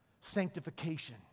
sanctification